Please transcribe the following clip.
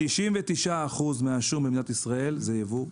99% מהשום במדינת ישראל זה ייבוא.